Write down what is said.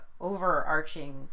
overarching